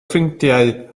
ffrindiau